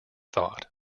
thought